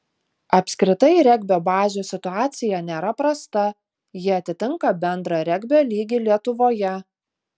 apskritai regbio bazių situacija nėra prasta ji atitinka bendrą regbio lygį lietuvoje